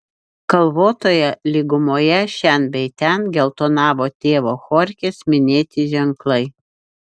kalvotoje lygumoje šen bei ten geltonavo tėvo chorchės minėti ženklai